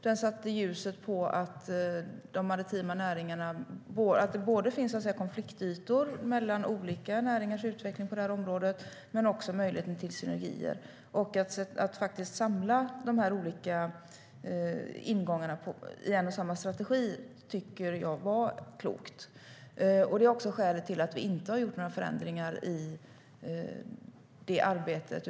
Den satte ljus på att det finns konfliktytor mellan olika näringars utveckling på området men också möjligheter till synergier. Att samla de olika ingångarna i en och samma strategi tycker jag var klokt. Det är skälet till att vi inte har gjort några förändringar i arbetet.